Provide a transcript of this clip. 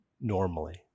normally